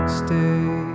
stay